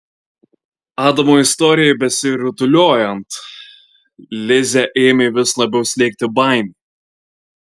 adamo istorijai besirutuliojant lizę ėmė vis labiau slėgti baimė